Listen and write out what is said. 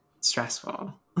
stressful